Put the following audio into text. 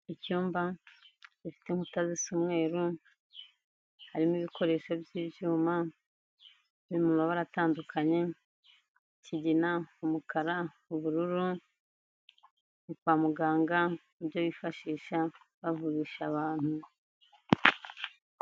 Icyumba gifite inkuta zisa umweru, harimo ibikoresho by'ibyuma byo mu mabara atandukanye ikigina, umukara, ubururu kwa muganga n'ibyo bifashisha bavurisha abantu.